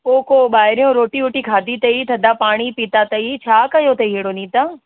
पोइ को ॿाहिरियों रोटी वोटी खाधी अथई थदा पाणी पीता अथई छा कयो अथई अहिड़ो नीता